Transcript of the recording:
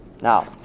Now